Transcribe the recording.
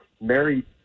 Mary